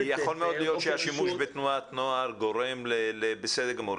--- יכול מאוד להיות שהשימוש בתנועת נוער גורם בסדר גמור,